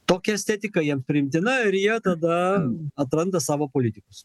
tokia estetika jiem priimtina ir jie tada atranda savo politikus